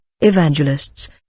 evangelists